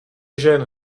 žen